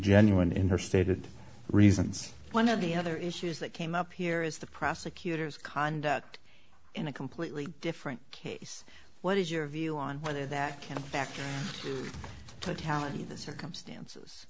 genuine in her stated reasons one of the other issues that came up here is the prosecutor's conduct in a completely different case what is your view on whether that can affect the talent the circumstances